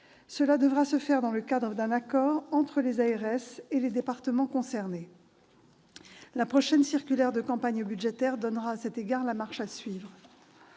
Cela devra se faire dans le cadre d'un accord entre les agences régionales de santé- les ARS -et les départements concernés. La prochaine circulaire de campagne budgétaire donnera à cet égard la marche à suivre.